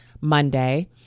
Monday